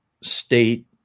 state